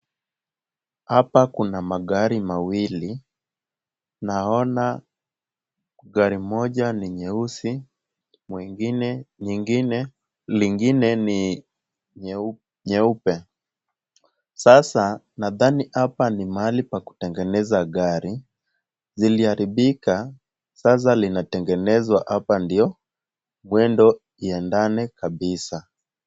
Hapa kuna magari mawili. Naona gari moja ni nyeusi, mwingine, nyingine, lingine ni nyeupe. Sasa, nadhani hapa ni mahali pa kutengeneza gari. Ziliharibika, sasa linatengenzwa hapa ndio mwendo iendane kabisa.